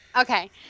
Okay